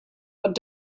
but